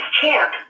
Champ